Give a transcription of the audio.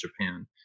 Japan